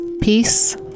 peace